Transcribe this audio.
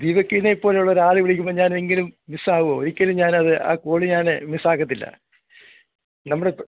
ദീപക്കിനെപ്പോലുള്ളൊരാൾ വിളിക്കുമ്പോൾ ഞാനെങ്കിലും മിസ്സാക്കുമോ ഒരിക്കലും ഞാനത് ആ കോള് ഞാൻ മിസ്സാക്കത്തില്ല നമ്മൾ